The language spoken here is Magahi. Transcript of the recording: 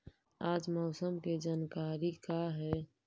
आज मौसम के जानकारी का हई?